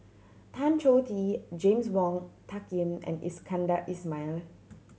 Tan Choh Tee James Wong Tuck Yim and Iskandar Ismail